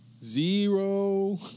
zero